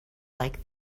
like